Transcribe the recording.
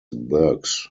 burghs